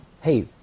hey